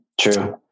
True